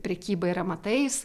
prekyba ir amatais